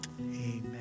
amen